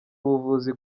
ubuvuzi